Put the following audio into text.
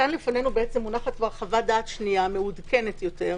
כאן בפנינו חוות דעת שנייה מעודכנת יותר,